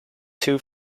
two